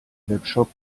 webshop